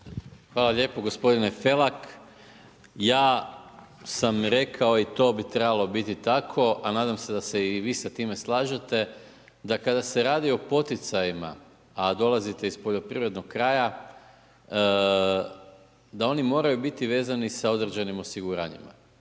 Hvala lijepo. Gospodine Felak, ja sam rekao i to bi trebalo biti tako a nadam se da se i vi sa tome slažete, da kada se radi o poticajima a dolazite iz poljoprivrednog kraja da oni moraju biti vezani sa određenim osiguranjima.